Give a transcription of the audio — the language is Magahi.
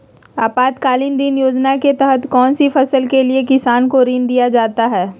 आपातकालीन ऋण योजना के तहत कौन सी फसल के लिए किसान को ऋण दीया जाता है?